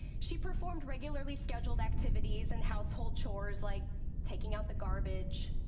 she performed regularly scheduled activities and household chores like taking out the garbage,